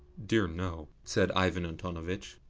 dear no! said ivan antonovitch.